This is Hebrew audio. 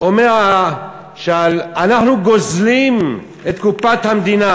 אומר שאנחנו גוזלים את קופת המדינה,